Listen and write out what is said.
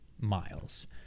Miles